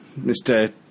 Mr